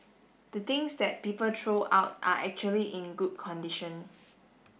the things that people throw out are actually in good condition